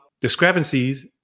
discrepancies